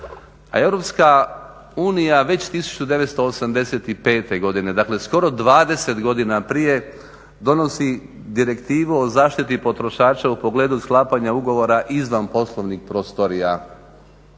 unija već 1985. godine, dakle skoro 20 godina prije donosi Direktivu o zaštiti potrošača u pogledu sklapanja ugovora izvan poslovnih prostorija